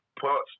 parts